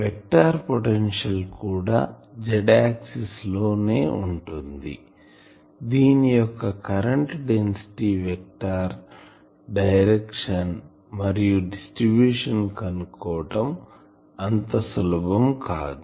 vector potential కూడా Z axis లో ఉంటుంది దీని యొక్క కరెంటు డెన్సిటీ వెక్టార్ డైరెక్షన్ మరియు డిస్ట్రిబ్యూషన్ కనుక్కోవటం అంత సులభం కాదు